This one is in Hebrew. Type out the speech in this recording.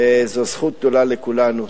וזו זכות גדולה לכולנו.